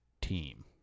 team